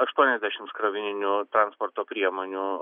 aštuoniasdešimts krovininių transporto priemonių